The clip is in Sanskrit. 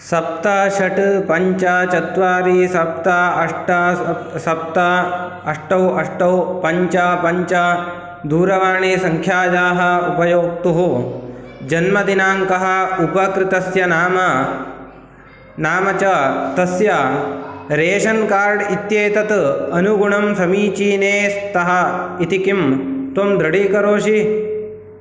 सप्त षट् पञ्च चत्वारि सप्त अष्ट सप्त अष्ट अष्ट पञ्च पञ्च दूरवाणीसङ्ख्यायाः उपयोक्तुः जन्मदिनाङ्कः उपकृतस्य नाम नाम च तस्य रेशन् कार्ड् इत्येतत् अनुगुणं समीचीने स्तः इति किम् त्वं दृढकरोषि